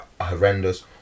horrendous